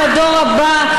ולדור הבא.